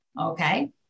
Okay